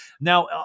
Now